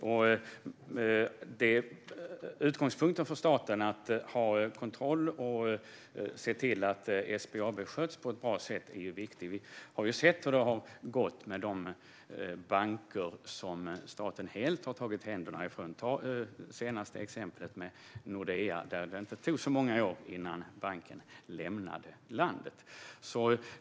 Statens utgångspunkt att ha kontroll och se till att SBAB sköts på ett bra sätt är viktig. Vi har sett hur det har gått för de banker som staten helt har tagit händerna ifrån. Ta det senaste exempel med Nordea! Där tog det inte många år innan banken lämnade landet.